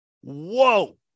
Whoa